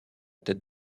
tête